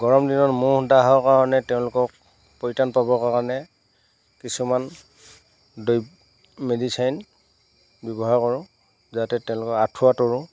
গৰম দিনত মহ ডাঁহ কাৰণে তেওঁলোকক পৰিত্ৰাণ পাবৰ কাৰণে কিছুমান মেডিচিন ব্যৱহাৰ কৰোঁ যাতে তেওঁলোকৰ আঁঠুৱা তৰোঁ